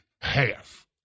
half